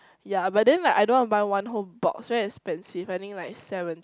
ya but then like I don't want to buy one whole box very expensive I think like seven